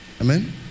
amen